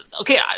okay